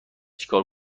چیکار